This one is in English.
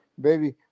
Baby